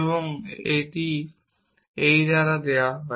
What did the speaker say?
এবং এটি এই দ্বারা দেওয়া হয়